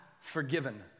forgiven